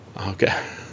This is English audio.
Okay